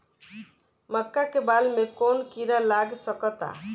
मका के बाल में कवन किड़ा लाग सकता?